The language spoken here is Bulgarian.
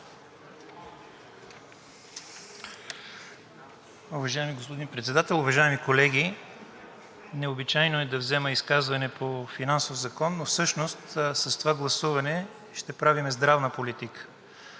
Уважаеми господин Председател, уважаеми колеги! Необичайно е да взема изказване по финансов закон, но всъщност с това гласуване ще правим здравна политика.